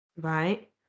Right